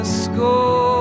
score